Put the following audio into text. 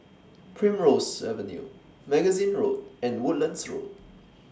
Primrose Avenue Magazine Road and Woodlands Road